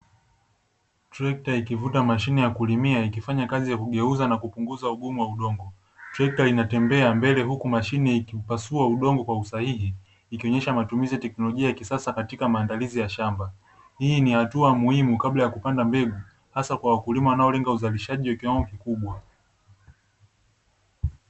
Trekta ikivuta mashine ya kulimia ikifanya kazi ya kugeuza na kupunguza ugumu wa udongo, trekta inatembea mbele huku mashine ikiupasua udongo kwa usahihi, ikionyesha matumizi ya teknolojia ya kisasa katiati maandalizi ya shamba, hii ni hatua muhimu kabla ya kupanda mbegu, hasa kwa wakulima wanaolenga uzalishaji kwa kiwango kikubwa.